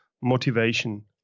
motivation